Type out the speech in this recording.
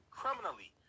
criminally